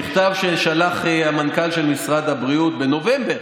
מכתב ששלח המנכ"ל של משרד הבריאות, בנובמבר,